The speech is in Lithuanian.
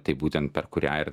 tai būtent per kurią ir